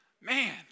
Man